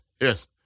Yes